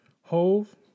Hove